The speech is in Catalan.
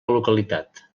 localitat